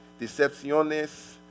decepciones